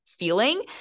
feeling